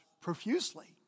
profusely